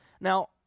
Now